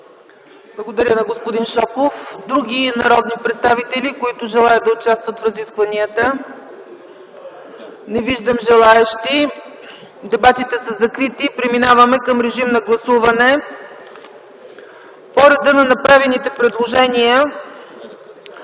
Благодаря на господин Шопов. Други народни представители, които желаят да участват в разискванията? Не виждам желаещи. Дебатите са закрити. Преминаваме към режим на гласуване по реда на направените предложения.